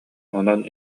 онон